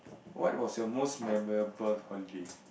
what was your most memorable holiday